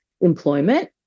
employment